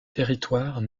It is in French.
territoires